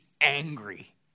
angry